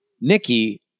Nikki